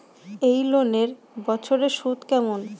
এই লোনের বছরে সুদ কেমন?